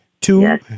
Two